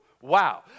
Wow